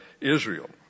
israel